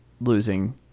losing